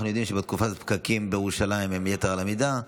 אנחנו יודעים שבתקופה הזאת פקקים בירושלים הם יתר על המידה,